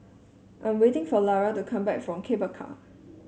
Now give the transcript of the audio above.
I'm waiting for Lara to come back from Cable Car